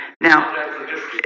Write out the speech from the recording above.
Now